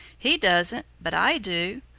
he doesn't, but i do.